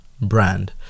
brand